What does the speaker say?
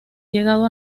llegado